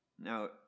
Now